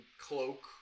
cloak